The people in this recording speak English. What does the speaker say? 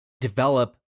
develop